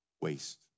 Waste